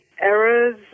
errors